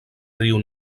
riu